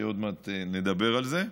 שעוד מעט נדבר על זה,